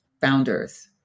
founders